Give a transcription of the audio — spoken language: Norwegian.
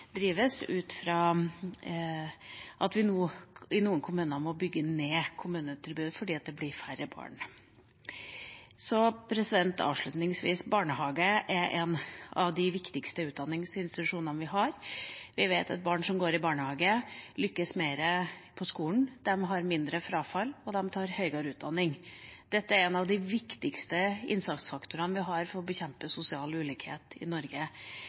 drives ut fra at vi nå i noen kommuner må bygge ned kommunetilbudet fordi det blir færre barn. Så – avslutningsvis: Barnehager er en av de viktigste utdanningsinstitusjonene vi har. Vi vet at barn som går i barnehage, lykkes bedre på skolen. De har mindre frafall, og de tar høyere utdanning. Dette er en av de viktigste innsatsfaktorene vi har for å bekjempe sosial ulikhet i Norge.